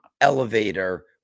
elevator